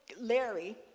Larry